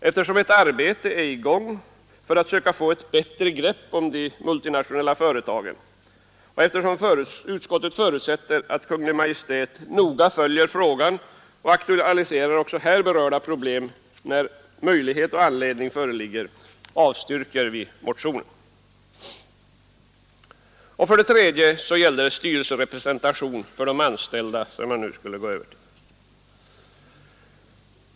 Eftersom ett arbete är i gång för att få ett bättre grepp över de multinationella företagen, och eftersom utskottet förutsätter att Kungl. Maj:t noga följer frågan och aktualiserar även här berörda problem när möjlighet och anledning föreligger, avstyrks nu motionen av utskottet. Härefter kommer jag till frågan om styrelserepresentation för de anställda.